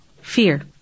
fear